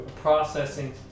processing